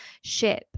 ship